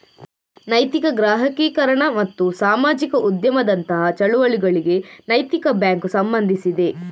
ನೈತಿಕ ಗ್ರಾಹಕೀಕರಣ ಮತ್ತು ಸಾಮಾಜಿಕ ಉದ್ಯಮದಂತಹ ಚಳುವಳಿಗಳಿಗೆ ನೈತಿಕ ಬ್ಯಾಂಕು ಸಂಬಂಧಿಸಿದೆ